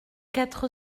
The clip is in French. quatre